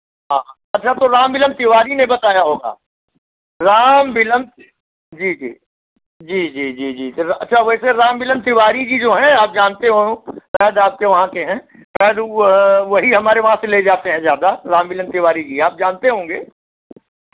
हाँ अच्छा तो राम मिलन तिवारी ने बताया होगा राम मिलन जी जी जी जी जी तो अच्छा वैसे राम मिलन तिवरी जी जो है आप जानते हों शायद आपके वहाँ के हैं शायद वही हमारे यहाँ से ले जाते हैं ज़्यादा राम मिलन तिवारी जी आप जानते होंगे